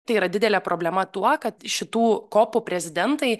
tai yra didelė problema tuo kad šitų kopų prezidentai